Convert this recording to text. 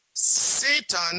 Satan